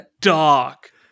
Dark